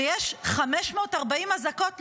ויש 540 אזעקות,